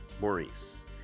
Maurice